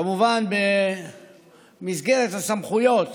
כמובן, במסגרת הסמכויות